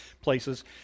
places